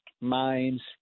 minds